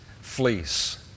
fleece